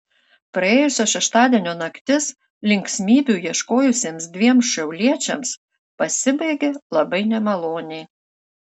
praėjusio šeštadienio naktis linksmybių ieškojusiems dviem šiauliečiams pasibaigė labai nemaloniai